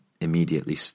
immediately